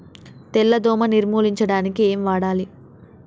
తెల్ల దోమ నిర్ములించడానికి ఏం వాడాలి?